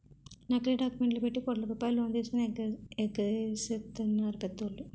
నకిలీ డాక్యుమెంట్లు పెట్టి కోట్ల రూపాయలు లోన్ తీసుకొని ఎగేసెత్తన్నారు పెద్దోళ్ళు